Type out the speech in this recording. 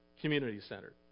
community-centered